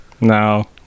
no